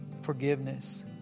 forgiveness